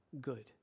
good